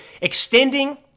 extending